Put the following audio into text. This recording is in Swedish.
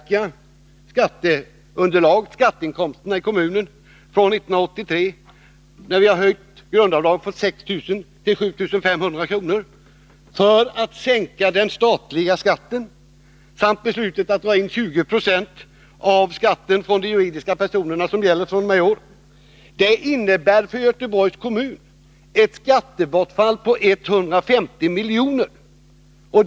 kommer att påverka skatteinkomsterna i kommunen fr.o.m. 1983. Den höjningen genomförs alltså för att man skall sänka den statliga skatten. Beslutet att dra in 20 20 av skatten från juridiska personer gäller fr.o.m. i år. Dessa förändringar innebär för Göteborgs kommun ett skattebortfall på 150 milj.kr.